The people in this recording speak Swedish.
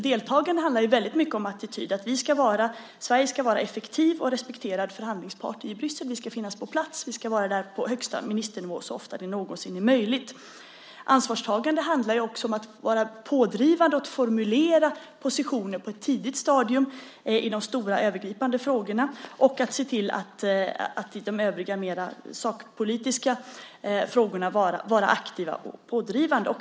Deltagande handlar väldigt mycket om attityd, att Sverige ska vara en effektiv och respekterad förhandlingspart i Bryssel, att vi ska finnas på plats, att vi ska vara där på högsta ministernivå så ofta det någonsin är möjligt. Ansvarstagande handlar också om att vara pådrivande och formulera positioner på ett tidigt stadium i de stora övergripande frågorna och att se till att i de övriga, mera sakpolitiska frågorna vara aktiva och pådrivande.